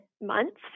months